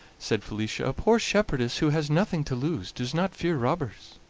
said felicia, a poor shepherdess who has nothing to lose does not fear robbers.